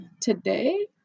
today